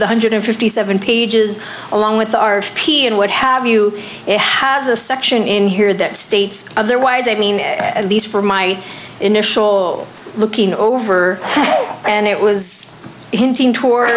the hundred fifty seven pages along with our p and what have you it has a section in here that states otherwise i mean at least for my initial looking over and it was hinting to